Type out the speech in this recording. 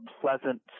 pleasant